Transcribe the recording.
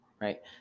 right